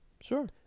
sure